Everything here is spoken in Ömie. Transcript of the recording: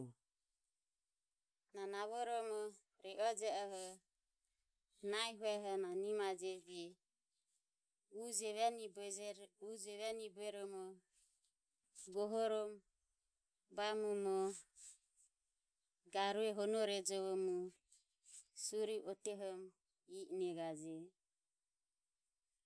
Na navoromo rio jeoho, nahi hueho na nimajeje uje venire beje bueormo gohorom bamomo garue honore ejovoromo surire otehomo e e negajeje.